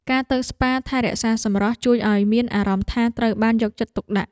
ការទៅស្ប៉ាថែរក្សាសម្រស់ ជួយឱ្យមានអារម្មណ៍ថាត្រូវបានយកចិត្តទុកដាក់។